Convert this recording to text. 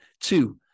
Two